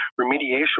remediation